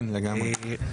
כן לגמרי.